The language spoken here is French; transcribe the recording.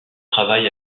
travail